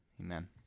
Amen